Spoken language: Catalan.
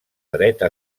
dreta